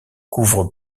couvre